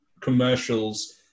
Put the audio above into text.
commercials